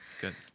Good